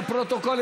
לפרוטוקול,